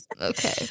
Okay